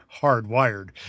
hardwired